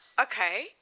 okay